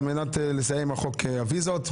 על מנת לסיים עם חוק הוויזות.